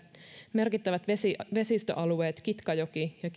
merkittävät vesistöalueet kitkajoki ja